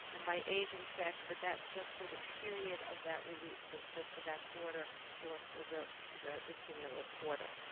and by age and sex, but that's just for the period of that release, so it's just for that quarter or for the the cumulative quarter.